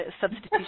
substitution